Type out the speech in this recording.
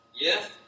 Yes